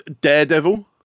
Daredevil